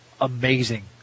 amazing